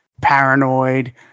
Paranoid